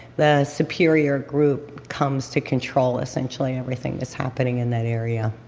the superior group comes to control essentially everything that's happening in that area.